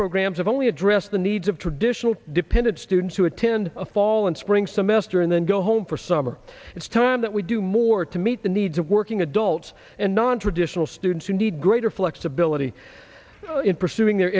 programs have only address the needs of traditional dependent students who attend a fall and spring semester and then go home for summer it's time that we do more to meet the needs of working adults and nontraditional students who need greater flexibility in pursuing their